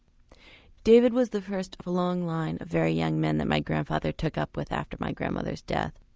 david was the first of a long line of very young men that my grandfather took up with after my grandmother's death.